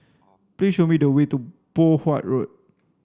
please show me the way to Poh Huat Road